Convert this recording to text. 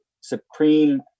Supreme